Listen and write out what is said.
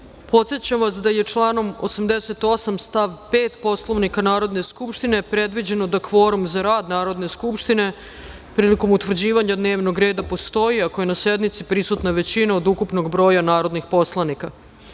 vas da je članom 88. stav 5. Poslovnika Narodne skupštine predviđeno da kvorum za rad Narodne skupštine prilikom utvrđivanja dnevnog reda postoji ako je na sednici prisutna većina od ukupnog broja narodnih poslanika. Radi